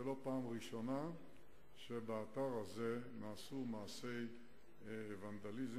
לא פעם ראשונה שבאתר הזה נעשו מעשי ונדליזם